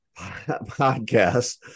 podcast